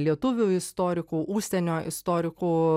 lietuvių istorikų užsienio istorikų